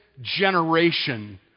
generation